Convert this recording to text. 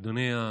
אדוני.